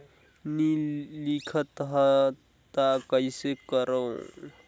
नी लिखत हस ता कइसे करू?